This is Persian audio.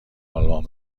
آلمان